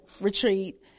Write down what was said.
retreat